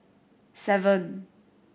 seven